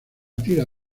tira